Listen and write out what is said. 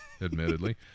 admittedly